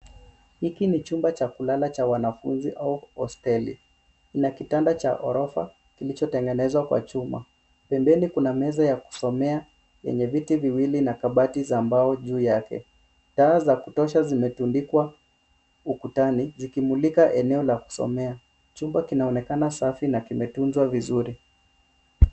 Hiki ni jumba cha kulala cha wanafunzi au hosteli ina kitanda cha orofa kilicho tengenezwa kwa chuma, pembeni kuna meza ya kusomea enye viti viwili na kabati za mbao juu yake. Taa za kutosha zimetundikwa ukutani zikimulika eneo la kusomea. Jumba kinaonekana safi na kimetunzwa vizuri.